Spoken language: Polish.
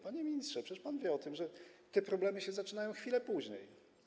Panie ministrze, przecież pan wie o tym, że te problemy zaczynają się chwilę później.